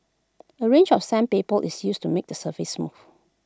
A range of sandpaper is used to make the surface smooth